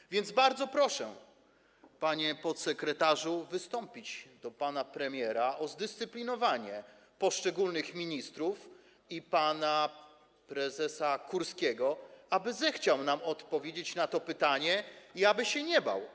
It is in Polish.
Tak więc bardzo proszę, panie podsekretarzu, wystąpić do pana premiera o zdyscyplinowanie poszczególnych ministrów i pana prezesa Kurskiego, tak aby zechciał nam odpowiedzieć na to pytanie i aby się nie bał.